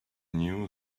knew